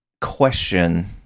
question